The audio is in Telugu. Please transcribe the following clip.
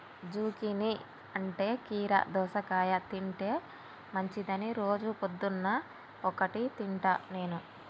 జుకీనీ అంటే కీరా దోసకాయ తింటే మంచిదని రోజు పొద్దున్న ఒక్కటి తింటా నేను